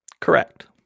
Correct